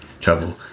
trouble